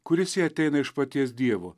kuris jai ateina iš paties dievo